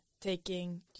taking